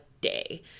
day